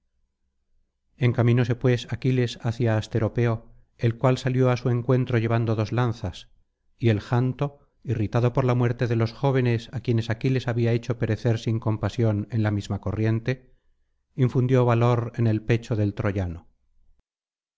encaminóse pues aquiles hacia asteropeo el cual salió á su encuentro llevando dos lanzas y el janto irritado por la muerte de los jóvenes á quienes aquiles había hecho perecer sin compasión en la misma corriente infundió valor en el pecho del troyano